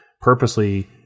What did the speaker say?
purposely